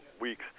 weeks